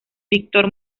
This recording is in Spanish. víctor